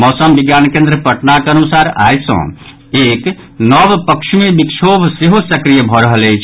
मौसम विज्ञान केन्द्र पटनाक अनुसार आई सँ एक नव पश्चिमी विक्षोभ सेहो सक्रिय भऽ रहल अछि